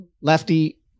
lefty